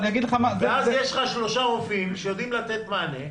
ואז יש לך במרכז שלושה רופאים שיודעים לתת מענה,